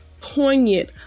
poignant